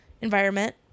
environment